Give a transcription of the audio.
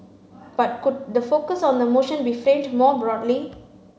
but could the focus on the motion be framed more broadly